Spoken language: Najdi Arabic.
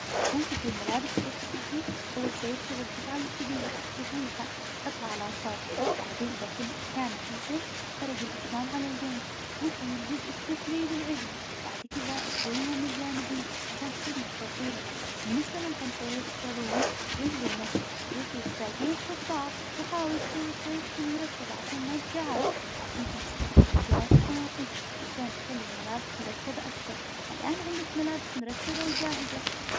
عشان تطوي الملابس بشكل صحيح أول شي خذ القطعة اللي تبيها تطويها حطها على سطح بعدين إذا كا- كان التيشيرت فرق الأكمام على الجنب واطوي الجزء السفلي للعلوي، بعد كذا اطويها من الجانبين عشان تصير مستطيلة. بالنسبة للبطا- البنطالون اطويه بالنص واطوي الساقين فوق بعظ وحاول تسوي الطية تكون مرتبة عشان ما تجعد. ممكن تستخدم أكياس وصناديق عشان تخلي الملابس مرتبة أكثر. الآن عندك ملابس مرتبة وجاهزة.